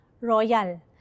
royal